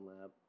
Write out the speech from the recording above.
lab